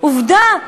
עובדה,